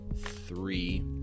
three